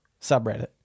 subreddit